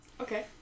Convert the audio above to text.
Okay